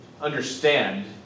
understand